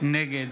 נגד